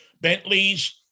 Bentleys